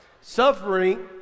Suffering